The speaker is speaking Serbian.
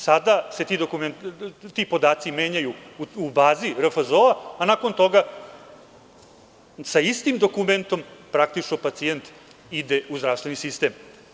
Sada se ti podaci menjaju u bazi RFZO, a nakon toga sa istim dokumentom, praktično pacijent ide u zdravstveni sistem.